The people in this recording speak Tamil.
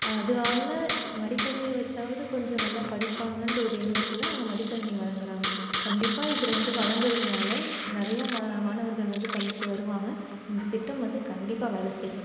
அதானால மடிக்கணினியை வச்சாவது கொஞ்சம் நல்லா படிப்பாங்கன்ற ஒரு எண்ணத்தில் அவங்க மடிக்கணினி வழங்குகிறாங்க கண்டிப்பாக இப்போ ரெண்டும் வழங்குகிறதுனால நிறைய மா மாணவர்கள் வந்து பள்ளிக்கு வருவாங்க இந்த திட்டம் வந்து கண்டிப்பாக வேலை செய்யும்